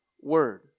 Word